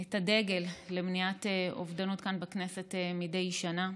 את הדגל למניעת אובדנות כאן בכנסת מדי שנה.